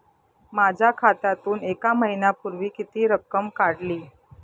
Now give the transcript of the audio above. माझ्या खात्यातून एक महिन्यापूर्वी किती रक्कम काढली?